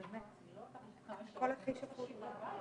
עם כל זה שאנשים באים